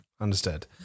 understood